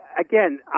again